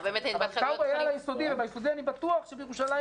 אבל טאוב היה על היסודי וביסודי אני בטוח שבירושלים,